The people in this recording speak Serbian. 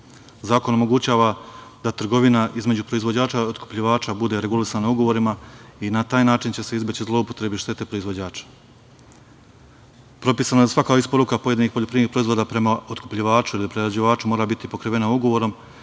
Zakon omogućava da trgovina između proizvođača i otkupljivača bude regulisana ugovorima i na taj način će se izbeći zloupotrebe i štete proizvođača. Propisana je svaka isporuka pojedinih poljoprivrednih proizvoda prema otkupljivaču ili prerađivaču mora biti pokrivena ugovorom,